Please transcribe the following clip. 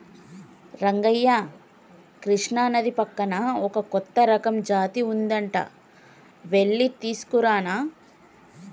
రంగయ్య కృష్ణానది పక్కన ఒక కొత్త రకం జాతి ఉంది అంట వెళ్లి తీసుకురానా